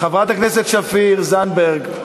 חברת הכנסת שפיר, זנדברג.